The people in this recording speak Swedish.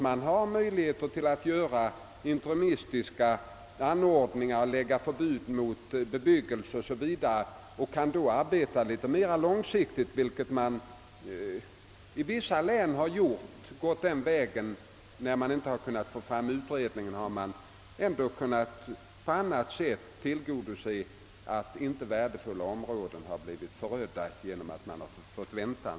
Man har möjlighet att vidtaga interimistiska åtgärder, lägga byggförbud o. s. v., och kan då arbeta mera långsiktigt, vilket har varit fallet i vissa län. När man inte kunnat få fram utredningar — och alltså erforderliga medel omedelbart — har man på annat sätt sett till att värdefulla områden inte har blivit förödda bara genom en tids väntan.